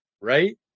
Right